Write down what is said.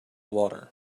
water